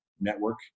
network